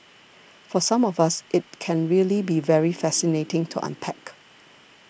for some of us it can really be very fascinating to unpack